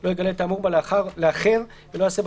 לא יגלה את האמור בה לאחר ולא יעשה בה